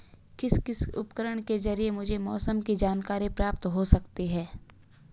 किस किस उपकरण के ज़रिए मुझे मौसम की जानकारी प्राप्त हो सकती है?